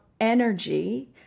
energy